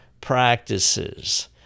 practices